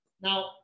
Now